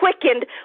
quickened